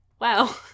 wow